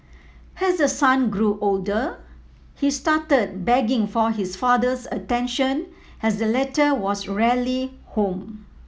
as her son grew older he started begging for his father's attention as the latter was rarely home